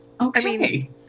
okay